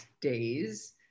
days